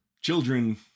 children